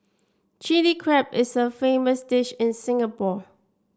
Chilli Crab is a famous dish in Singapore